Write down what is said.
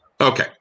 okay